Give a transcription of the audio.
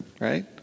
right